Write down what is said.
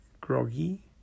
groggy